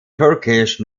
turkish